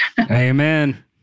Amen